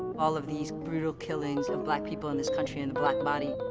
all of these brutal killings of black people in this country and the black body.